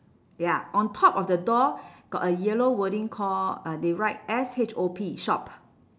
ya on top of the door got a yellow wording call uh they write S H O P shop